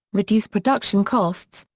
reduce production costs,